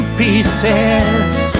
pieces